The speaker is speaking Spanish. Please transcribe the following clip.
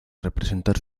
representar